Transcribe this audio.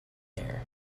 there